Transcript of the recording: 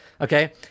okay